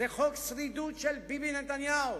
זה חוק שרידות של ביבי נתניהו.